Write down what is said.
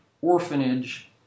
orphanage